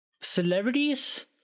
celebrities